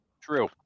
True